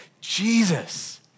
Jesus